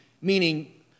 meaning